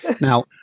Now